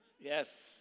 Yes